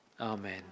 Amen